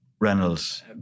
Reynolds